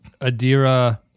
Adira